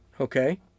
Okay